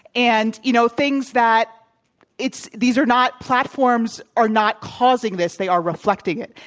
and you know, things that it's these are not platforms are not causing this, they are reflecting it.